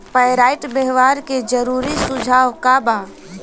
Pyrite व्यवहार के जरूरी सुझाव का वा?